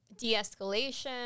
de-escalation